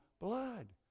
blood